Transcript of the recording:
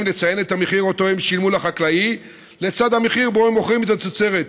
לציין את המחיר שאותו הם שילמו לחקלאי לצד המחיר שבו הם מוכרים את התוצרת,